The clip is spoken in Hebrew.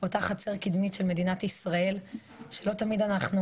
אותה חצר קדמית של מדינת ישראל שלא תמיד אנחנו